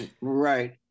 Right